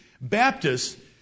Baptists